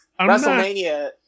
Wrestlemania